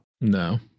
No